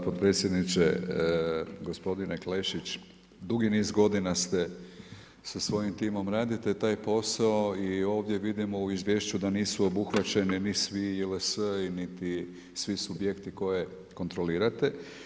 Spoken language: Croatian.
Hvala potpredsjedniče, gospodine Klešić, dugi niz godina ste, sa svojim timom radite taj posao i ovdje vidimo u izvješću da nisu obuhvaćeni MISVI, JLS, niti svi subjekti koje kontrolirate.